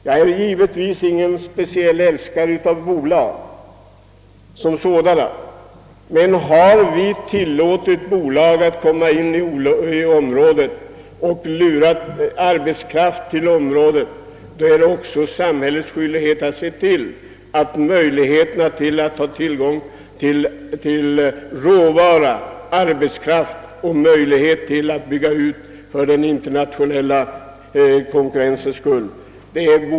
Jag är som bekant ingen speciell älskare av bolag som sådana. Men har vi tillåtit bolag att komma in i området och har vi lurat dit arbetskraft, så är det också samhällets skyldighet att se till att bolaget får tillgång till råvara och arbetskraft och får möjlighet att bygga ut så att det kan klara sig i den internationella konkurrensen.